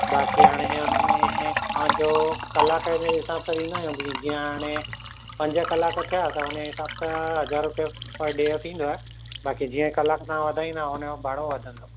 बाक़ी हाणे हुनमें तव्हांजो कलाक जे हिसाबु सां ॾींदा आहियूं भई जीअं हाणे पंज कलाक थिया त हुन हिसाबु सां हज़ार रुपिया पर डे जो थींदुव बाक़ी जीअं कलाकु तव्हां वधाईंदव ऐं हुनजो भाड़ो वधंदुव